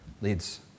leads